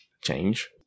change